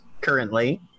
currently